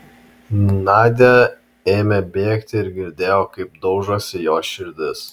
nadia ėmė bėgti ir girdėjo kaip daužosi jos širdis